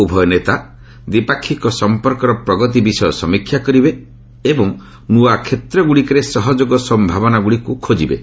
ଉଭୟ ନେତା ଦ୍ୱିପାକ୍ଷିକ ସମ୍ପର୍କର ପ୍ରଗତି ବିଷୟ ସମୀକ୍ଷା କରିବେ ଏବଂ ନୂଆ କ୍ଷେତ୍ର ଗୁଡ଼ିକରେ ସହଯୋଗ ସମ୍ଭ୍ରାବନାଗୁଡ଼ିକୁ ଖୋଜିବେ